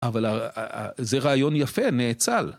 אבל זה רעיון יפה, נאצל.